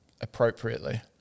appropriately